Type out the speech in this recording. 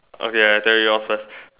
okay I tell you yours first